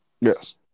Yes